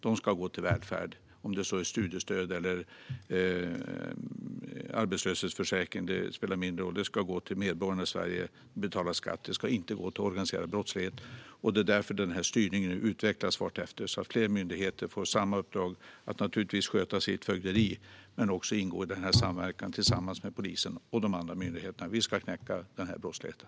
De ska gå till välfärd. Om det är studiestöd eller arbetslöshetsförsäkring spelar mindre roll; de ska gå till medborgarna i Sverige som betalar skatt. De ska inte gå till organiserad brottslighet. Det är därför styrningen nu utvecklas vartefter så att fler myndigheter får samma uppdrag att naturligtvis sköta sitt fögderi men också ingå i samverkan med polisen och de andra myndigheterna. Vi ska knäcka den här brottsligheten.